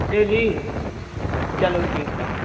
daily चलो ठीक है